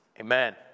amen